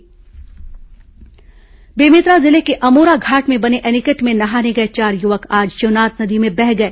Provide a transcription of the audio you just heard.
हादसा बेमेतरा जिले के अमोराघाट में बने एनीकट में नहाने गए चार युवक आज शिवनाथ नदी में बह गए